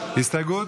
יוראי להב הרצנו,